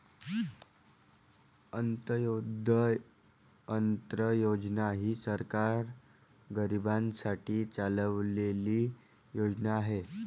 अंत्योदय अन्न योजना ही सरकार गरीबांसाठी चालवलेली योजना आहे